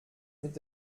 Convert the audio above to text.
mit